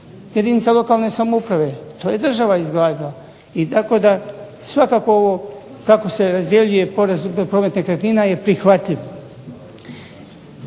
jedinice lokalne samouprave, to je država izgradila. I da svakako kako se razdjeljuje porez nekretnina je prihvatljiv.